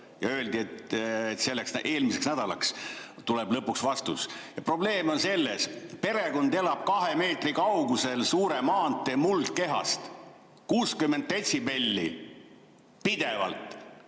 öeldi, et selleks eelmiseks nädalaks tuleb lõpuks vastus. Probleem on selles: perekond elab kahe meetri kaugusel suure maantee muldkehast [ja müra on] pidevalt